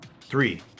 three